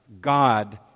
God